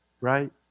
Right